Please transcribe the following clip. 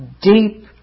deep